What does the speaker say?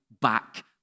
back